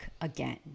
again